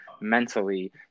mentally